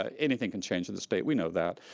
ah anything can change at the state. we know that,